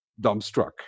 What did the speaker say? dumbstruck